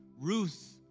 Ruth